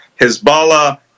Hezbollah